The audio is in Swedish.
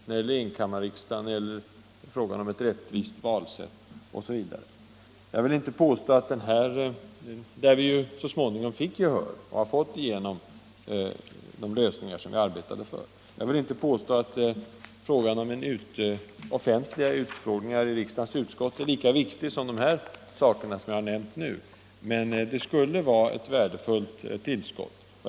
När det gällde enkammarriksdagen, ett rättvist valsätt osv. fick vi ju så småningom igenom de lösningar som vi arbetade för. Jag vill inte påstå att offentliga utfrågningar i riksdagens utskott är lika viktiga som Nr 7 de saker som jag nu har nämnt. Men de skulle vara ett värdefullt tillskott.